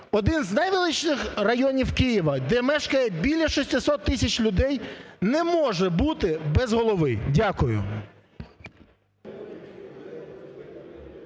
один з найвеличніших районів Києва, де мешкає біля 600 тисяч людей, не може бути без голови. Дякую.